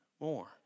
More